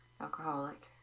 alcoholic